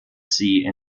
sie